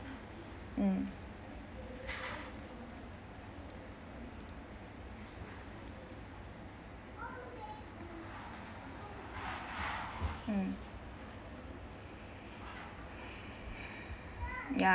mm mm ya